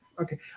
Okay